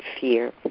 fear